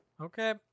Okay